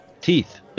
teeth